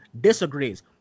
disagrees